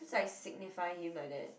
that's like signifying him like that